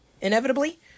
inevitably